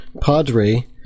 Padre